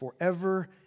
forever